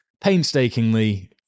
painstakingly